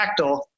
fractal